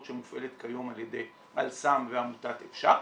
שמופעלת כיום על ידי "אל סם" ועמותת "אפשר"?